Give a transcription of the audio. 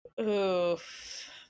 Oof